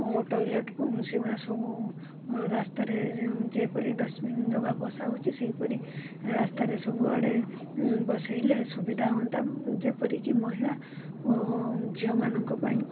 ଓ ଟଏଲେଟ୍କୁ ସେଗୁଡ଼ା ସବୁ ରାସ୍ତାରେ ଯେପରି ଡଷ୍ଟବିନ୍ ଡବା ବସା ହେଉଛି ସେହିପରି ରାସ୍ତାରେ ସବୁଆଡ଼େ ବସାଇଲେ ସୁବିଧା ହୁଅନ୍ତା ଯେପରିକି ମହିଳା ଓ ଝିଅମାନଙ୍କ ପାଇଁ